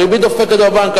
הריבית דופקת בבנק,